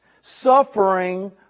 suffering